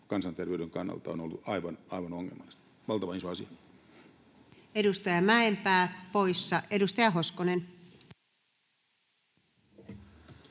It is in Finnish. kansanterveyden kannalta on ollut aivan ongelmallista. Valtavan iso asia. Edustaja Mäenpää poissa. — Edustaja Hoskonen.